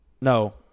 No